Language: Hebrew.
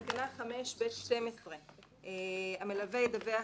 תקנה 5(ב)(12) "המלווה ידווח